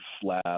slab